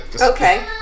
Okay